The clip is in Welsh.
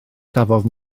cafodd